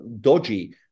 dodgy